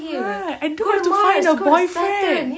right I don't have to find a boyfriend